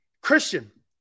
Christian